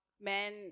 Men